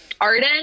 Arden